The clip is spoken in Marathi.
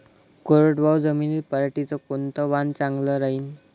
कोरडवाहू जमीनीत पऱ्हाटीचं कोनतं वान चांगलं रायीन?